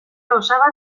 osaba